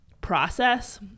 process